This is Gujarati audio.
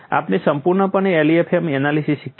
આપણે સંપૂર્ણપણે LEFM એનાલિસીસ શીખ્યા છે